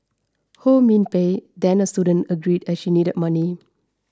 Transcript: Ho Min Pei then a student agreed as she needed money